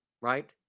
right